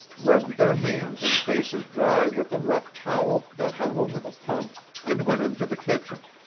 rubbed their hands and faces dry with a rough towel that hung over the pump and went into the kitchen.